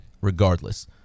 regardless